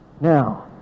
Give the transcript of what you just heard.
Now